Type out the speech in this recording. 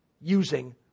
using